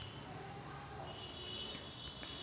इ कामर्सचे फायदे अस नुकसान का हाये